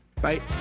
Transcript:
Bye